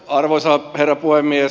arvoisa herra puhemies